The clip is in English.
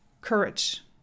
courage